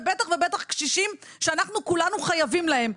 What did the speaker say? ובטח ובטח קשישים שאנחנו כולנו חייבים להם,